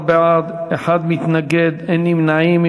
11 בעד, אחד מתנגד, אין נמנעים.